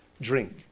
drink